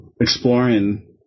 exploring